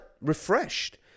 refreshed